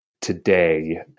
today